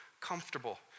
Comfortable